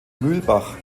mühlbach